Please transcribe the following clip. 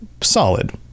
solid